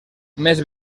més